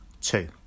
Two